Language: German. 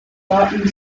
daten